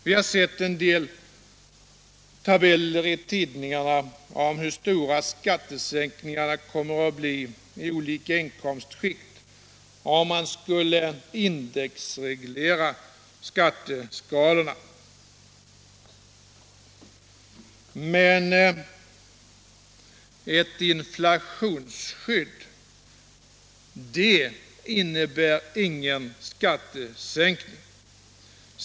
Vi har sett en del tabeller i tidningarna om hur stora skattesänkningarna kommer att bli i olika inkomstskikt om man skulle indexreglera skatteskalorna. Men ett inflationsskydd innebär ingen skattesänkning.